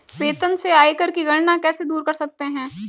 वेतन से आयकर की गणना कैसे दूर कर सकते है?